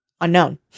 Unknown